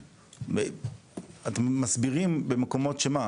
אתם מסבירים במקומות מסוימים,